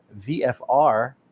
VFR